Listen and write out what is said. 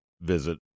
visit